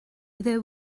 there